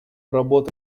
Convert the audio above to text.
работа